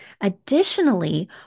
Additionally